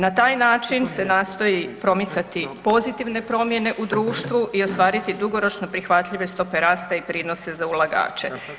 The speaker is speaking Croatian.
Na taj način se nastoji promicati pozitivne promjene u društvu i ostvariti dugoročno prihvatljive stope rasta i prinose za ulagače.